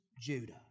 Judah